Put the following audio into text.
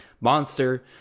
monster